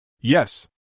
Yes